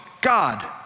God